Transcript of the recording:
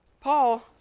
Paul